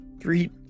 Three